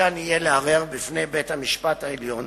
ניתן יהיה לערער בפני בית-המשפט העליון